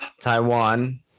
Taiwan